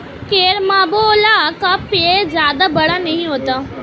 carambola का पेड़ जादा बड़ा नहीं होता